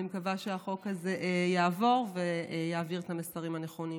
אני מקווה שהחוק הזה יעבור ויעביר את המסרים הנכונים.